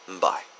Bye